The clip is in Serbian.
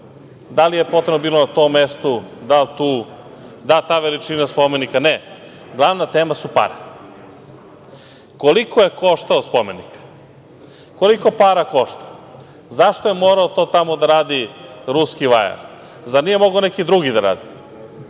da li je potrebno bilo na tom mestu, da li tu, da li ta veličina spomenika. Ne. Glavna tema su pare. Koliko je koštao spomenik? Koliko para košta? Zašto je morao to tamo da radi ruski vajar? Zar nije mogao neki drugi da radi?